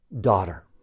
Daughter